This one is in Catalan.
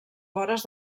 vores